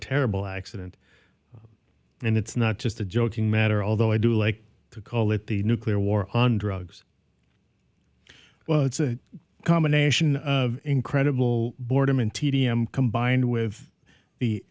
terrible accident and it's not just a joking matter although i do like to call it the nuclear war on drugs well it's a combination of incredible boredom and tedium combined with the